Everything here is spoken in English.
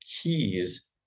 keys